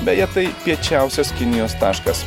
beje tai piečiausias kinijos taškas